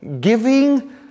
giving